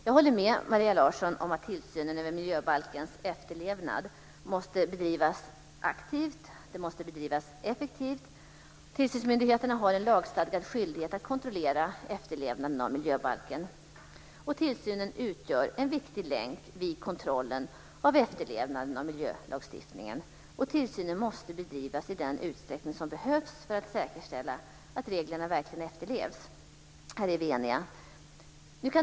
Jag håller med Maria Larsson om att tillsynen över miljöbalkens efterlevnad måste bedrivas aktivt och effektivt. Tillsynsmyndigheterna har en lagstadgad skyldighet att kontrollera efterlevnaden av miljöbalken. Tillsynen utgör en viktig länk vid kontrollen av efterlevnaden av miljölagstiftningen, och tillsynen måste bedrivas i den utsträckning som behövs för att säkerställa att reglerna verkligen efterlevs. Här är vi eniga.